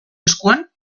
eskuan